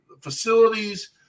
facilities